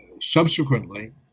subsequently